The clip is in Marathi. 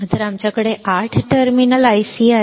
तर आमच्याकडे 8 टर्मिनल IC आहे